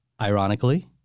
Ironically